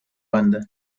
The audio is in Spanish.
banda